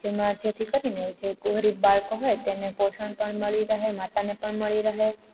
જેમાં જેથી કરીને જે ગરીબ બાળકો હોય તેને પોષણ પણ મળી રહે માતાને પણ મળી રહે